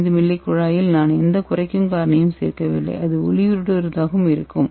5 milli குழாயில் நான் எந்த குறைக்கும் காரணியையும் சேர்க்கவில்லை அது ஒளியூடுருவுவதாகவும் இருக்கும்